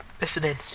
listening